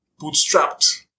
bootstrapped